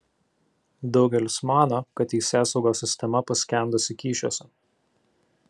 daugelis mano kad teisėsaugos sistema paskendusi kyšiuose